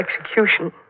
execution